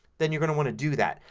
then you're going to want to do that.